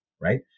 right